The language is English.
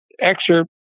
excerpt